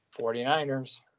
49ers